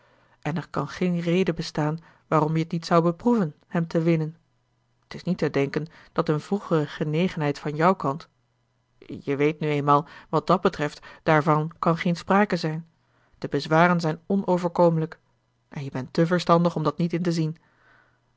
en er kan geen reden bestaan waarom je t niet zou beproeven hem te winnen t is niet te denken dat een vroegere genegenheid van jouw kant je weet nu eenmaal wat dàt betreft daarvan kan geen sprake zijn de bezwaren zijn onoverkomelijk en je bent te verstandig om dat niet in te zien